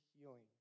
healing